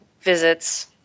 visits